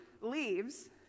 leaves